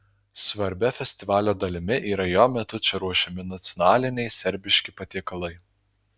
svarbia festivalio dalimi yra jo metu čia ruošiami nacionaliniai serbiški patiekalai